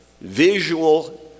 visual